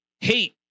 hate